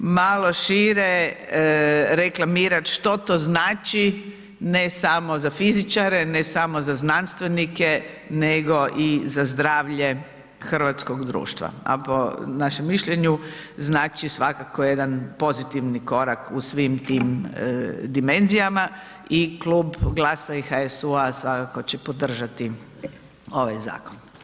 Malo šire, reklamirati, što to znači, ne samo za fizičare, ne samo za znanstvenike, nego i za zdravlje hrvatskog društva, a po našem mišljenju, znači svakako jedan pozitivni korak u svim tim dimenzijama i Klub GLAS-a i HSU-a svakako će podržati ovaj zakon.